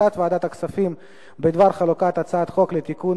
החלטת ועדת הכספים בדבר חלוקת הצעת חוק לתיקון